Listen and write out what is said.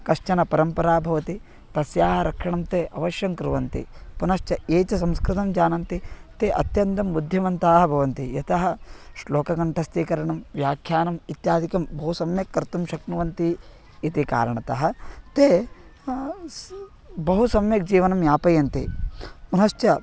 काचन परम्परा भवति तस्याः रक्षणं ते अवश्यं कुर्वन्ति पुनश्च ये च संस्कृतं जानन्ति ते अत्यन्तं बुद्धिमन्तः भवन्ति यतः श्लोककण्ठस्थीकरणं व्याख्यानम् इत्यादिकं बहु सम्यक् कर्तुं शक्नुवन्ति इति कारणतः ते स् बहु सम्यक् जीवनं यापयन्ति पुनश्च